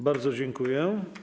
Bardzo dziękuję.